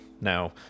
now